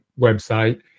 website